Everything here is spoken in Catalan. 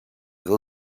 del